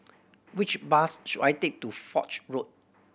which bus should I take to Foch Road